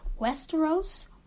Westeros